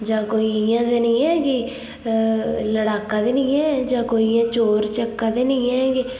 जां कोई इ'यां ते निं ऐ कि लड़ाका ते निं ऐ जां कोई ओह् चोरउच्चका ते निं ऐं कि